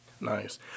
Nice